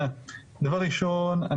דבר ראשון,